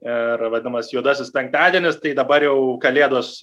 ir vadinamas juodasis penktadienis tai dabar jau kalėdos